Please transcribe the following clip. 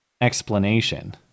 explanation